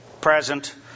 present